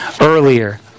earlier